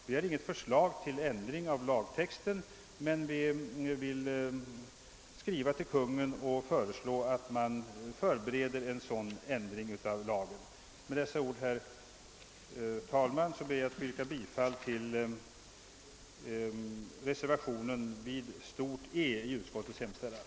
Vi har inget förslag till ändring av lagtexten, men vi vill skriva till Konungen och hemställa att förberedelser göres för en sådan ändring av lagen. Herr talman! Med det anförda ber jag att få yrka bifall till reservationen III, vid E i utskottets hemställan.